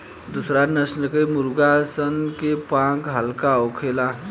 दुसरा नस्ल के मुर्गा सन के पांख हल्का होखेला